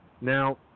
Now